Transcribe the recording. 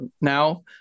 now